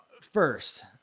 first